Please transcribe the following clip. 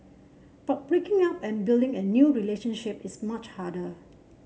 but breaking up and building a new relationship is much harder